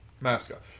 Mascot